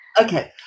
Okay